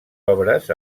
obres